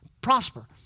prosper